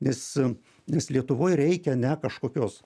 nes nes lietuvoj reikia ane kažkokios